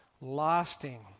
lasting